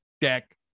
deck